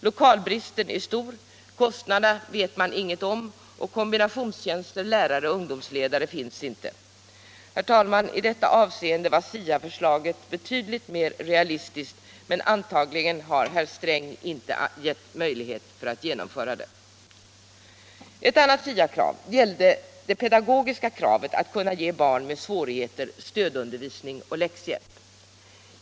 Lokalbristen är stor, kostnaderna vet vi inget om och kombinationstjänster lärare-ungdomsledare finns inte. Herr talman! I detta avseende var SIA-förslaget mycket mer realistiskt, men antagligen har herr Sträng inte gjort det möjligt att genomföra det. Ett annat SIA-krav gällde det pedagogiska kravet att kunna ge barn med svårigheter stödundervisning och läxhjälp.